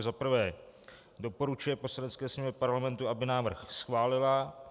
za prvé doporučuje Poslanecké sněmovně Parlamentu, aby návrh schválila.